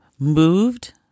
Moved